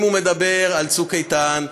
אם הוא מדבר על "צוק איתן",